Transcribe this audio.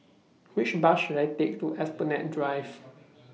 Which Bus should I Take to Esplanade Drive